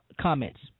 comments